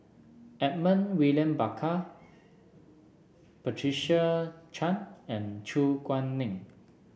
Edmund William Barker Patricia Chan and Su Guaning